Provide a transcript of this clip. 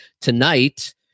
Tonight